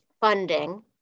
funding